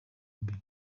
imbere